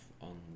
on